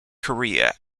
korea